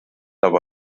aber